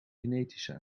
genetische